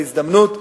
בהזדמנות,